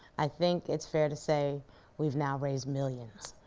i think it's fair to say we've now raised millions,